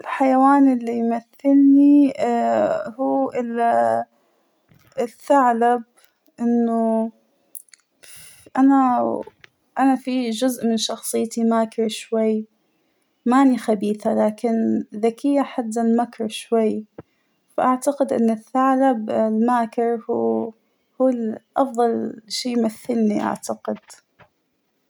الحيوان اللى يمثلنى اا- هو ال- الثعلب إنه إف - أنا أنا فى جزء من شخصيتى ماكرة شوى ، مانى خبيثة لكن ذكية لحد المكر شوى ، فأعتقد أن الثعلب الماكر هو هو أفضل شى يمثلنى أعتقد.